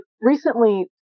recently